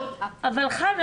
אבל חיים,